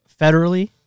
federally